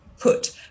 put